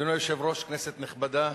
אדוני היושב-ראש, כנסת נכבדה,